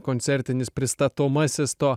koncertinis pristatomasis to